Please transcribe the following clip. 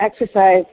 exercise